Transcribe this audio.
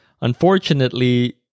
Unfortunately